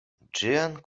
ĝian